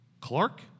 Clark